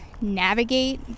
navigate